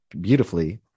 beautifully